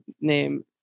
name